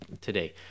today